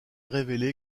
révélé